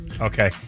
Okay